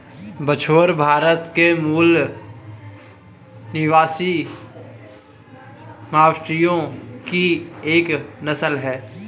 बछौर भारत के मूल निवासी मवेशियों की एक नस्ल है